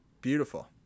Beautiful